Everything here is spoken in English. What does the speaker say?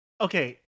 Okay